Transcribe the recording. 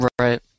Right